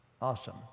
Awesome